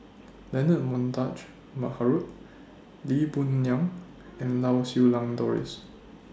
Leonard Montague Harrod Lee Boon Ngan and Lau Siew Lang Doris